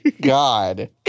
God